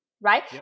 right